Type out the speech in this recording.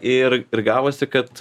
ir ir gavosi kad